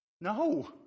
No